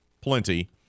plenty